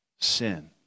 sin